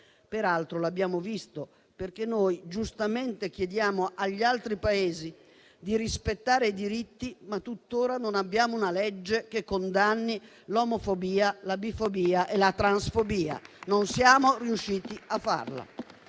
Peraltro, come abbiamo visto, giustamente chiediamo agli altri Paesi di rispettare i diritti, ma tuttora non abbiamo una legge che condanni l'omofobia, la bifobia e la transfobia: non siamo riusciti a farla.